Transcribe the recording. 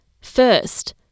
first